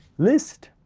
list,